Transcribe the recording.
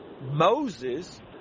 Moses